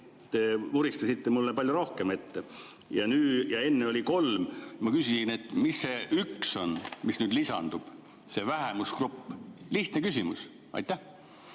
te vuristasite mulle palju rohkem ette – ja enne oli kolm, siis mis see üks on, mis nüüd lisandub, see vähemusgrupp. Lihtne küsimus.